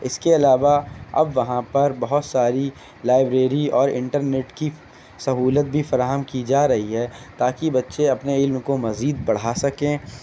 اس کے علاوہ اب وہاں پر بہت ساری لائبریری اور انٹرنیٹ کی سہولت بھی فراہم کی جا رہی ہے تاکہ بچے اپنے علم کو مزید بڑھا سکیں